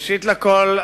ראשית כול,